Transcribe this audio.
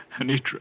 Anitra